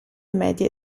medie